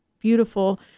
beautiful